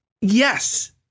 yes